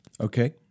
Okay